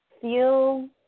feel